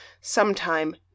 sometime